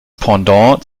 pendant